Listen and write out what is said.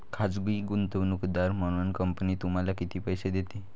खाजगी गुंतवणूकदार म्हणून कंपनी तुम्हाला किती पैसे देते?